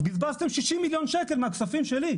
בזבזתם 60 מיליון שקל מהכספים שלי,